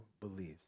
believes